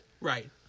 Right